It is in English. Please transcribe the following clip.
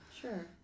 Sure